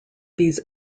these